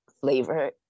flavor